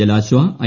Jalashwa I